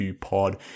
Pod